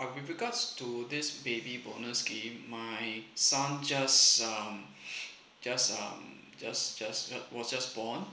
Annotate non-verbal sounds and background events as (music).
uh with regards to this baby bonus scheme my son just um (breath) just um just just uh was just born